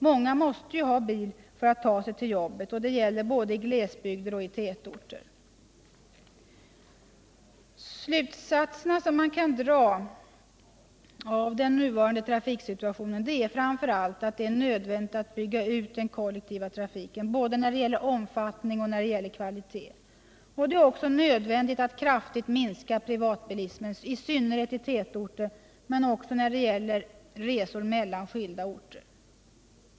Många måste ju ha bil för att ta sig till jobbet — det gäller både i glesbygder och i tätorter. De slutsatser man kan dra av den nuvarande trafiksituationen är framför allt att det är nödvändigt att bygga ut den kollektiva trafiken, både när det gäller omfattning och när det gäller kvalitet. Det är också nödvändigt att kraftigt minska privatbilismen, i synnerhet i tätorter men också för resor mellan skilda orter.